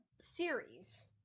series